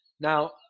Now